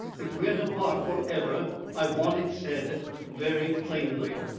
if we are to part for ever i want it said very plainly.